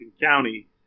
County